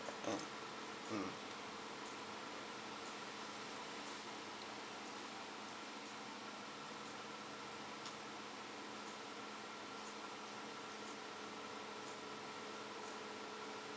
again mm